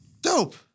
Dope